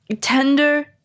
tender